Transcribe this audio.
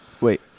wait